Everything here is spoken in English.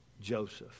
Joseph